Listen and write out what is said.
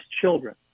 children